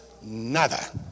nada